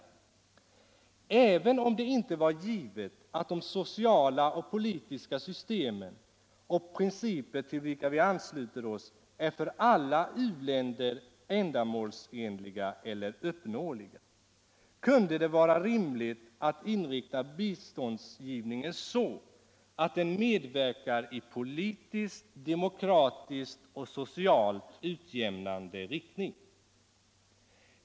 Även om det inte var givet, att det sociala och politiska system och de principer till vilka vi ansluter oss är för alla u-länder ändamålsenliga eller uppnåeliga, kunde det vara rimligt att inrikta biståndsgivningen så att den medverkar i politiskt. demokratiskt och socialt utjämnande riktning.